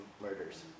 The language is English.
murders